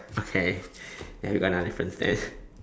okay then we got another difference there